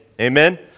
Amen